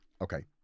Okay